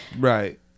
right